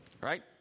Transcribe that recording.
right